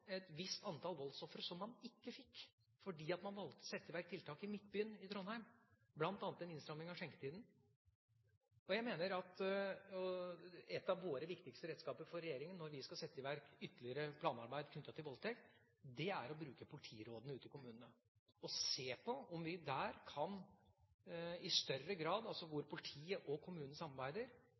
et visst antall voldsofre som man ikke fikk fordi man valgte å sette i verk tiltak i Midtbyen i Trondheim, bl.a. en innstramming av skjenketida. Jeg mener at et av regjeringas viktigste redskaper når vi skal sette i verk ytterligere planarbeid mot voldtekt, er å bruke politirådene ute i kommunene – altså at politiet og kommunen samarbeider – for å se på om vi der i større grad